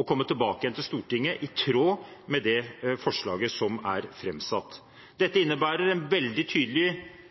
og komme tilbake til Stortinget i tråd med det forslaget som er framsatt. Dette innebærer en veldig tydelig